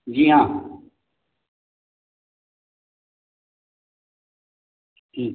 जी हाँ जी